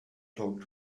talk